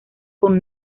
con